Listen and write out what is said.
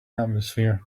atmosphere